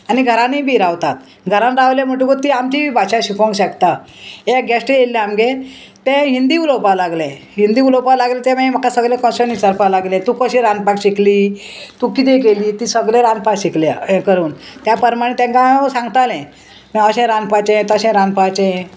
आनी घरानूय बी रावतात घरान रावले म्हणटकूच ती आमचीय भाशा शिकोंक शकता एक गेश्ट येयल्ले आमगेर ते हिंदी उलोवपाक लागलें हिंदी उलोवपाक लागलें ते मागीर म्हाका सगले क्वेशन विचारपा लागले तूं कशें रांदपाक शिकली तूं किदें केली ती सगलें रांदपाक शिकल्या हें करून त्या प्रमाणें तेंकां हांव सांगतालें मागीर अशें रांदपाचें तशें रांदपाचें